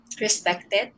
respected